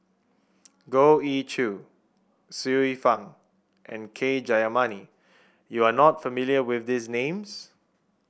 Goh Ee Choo Xiu Fang and K Jayamani you are not familiar with these names